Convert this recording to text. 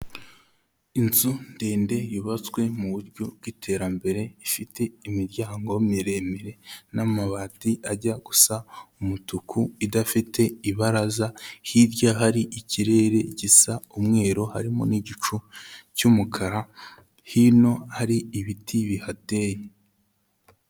Inzu ndende yubatswe mu buryo bw'iterambere ifite imiryango miremire n'amabati ajya gusa umutuku idafite ibaraza, hirya hari ikirere gisa umweru harimo n'igicu cy'umukara, hino hari ibiti bihateye.